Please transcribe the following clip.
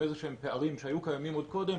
איזה שהם פערים שהיו קיימים עוד קודם,